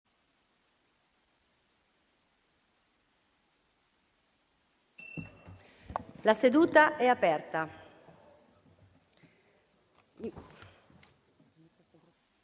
La seduta è aperta